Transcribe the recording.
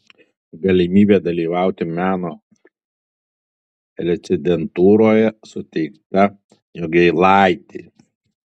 galimybė dalyvauti meno rezidentūroje suteikta jogėlaitei